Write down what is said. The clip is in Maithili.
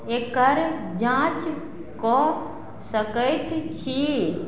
एकर जाँच कऽ सकैत छी